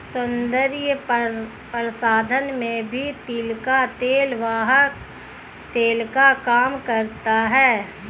सौन्दर्य प्रसाधन में भी तिल का तेल वाहक तेल का काम करता है